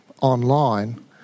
online